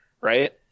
right